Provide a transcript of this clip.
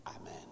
Amen